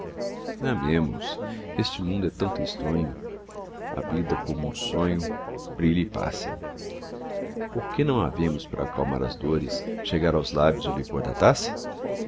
amemos este mundo é tão tristonho a vida como um sonho brilha e passa porque não havemos pra acalmar as dores chegar aos lábios o licor da taça